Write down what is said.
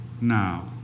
now